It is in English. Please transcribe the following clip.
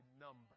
number